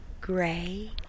Gray